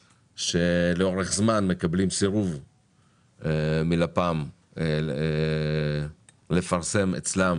שלאורך זמן מקבלים סירוב מלפ"מ לפרסם אצלם